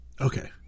Okay